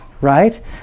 right